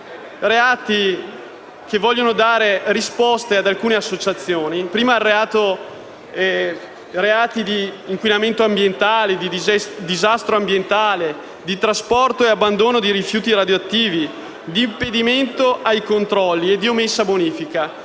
reati, che vogliono dare risposte ad alcune associazioni. Mi riferisco ai reati di inquinamento ambientale, disastro ambientale, trasporto e abbandono di rifiuti radioattivi, impedimento ai controlli e omessa bonifica.